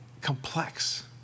complex